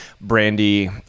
Brandy